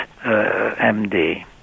MD